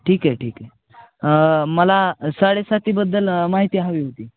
ठीक आहे ठीक आहे मला साडेसातीबद्दल माहिती हवी होती